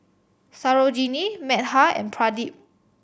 Sarojini Medha and Pradip